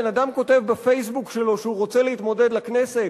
בן-אדם כותב ב"פייסבוק" שלו שהוא רוצה להתמודד לכנסת,